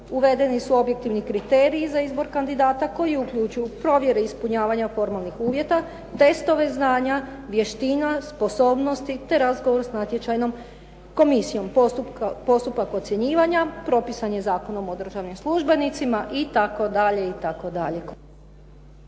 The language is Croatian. Uvedeni su objektivni kriteriji za izbor kandidata koji uključuju provjere ispunjavanja formalnih uvjeta, testove znanja, vještina, sposobnosti te razgovor sa natječajnom komisijom, postupak ocjenjivanja propisan je Zakonom o državnim službenicima itd.,